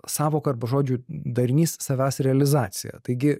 sąvoka arba žodžių darinys savęs realizacija taigi